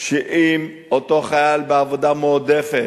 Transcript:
שאם אותו חייל בעבודה מועדפת,